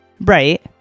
right